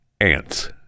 Ants